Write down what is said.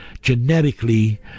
genetically